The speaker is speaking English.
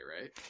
right